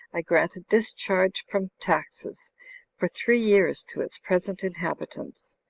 i grant a discharge from taxes for three years to its present inhabitants,